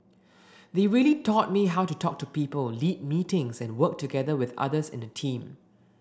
they really taught me how to talk to people lead meetings and work together with others in a team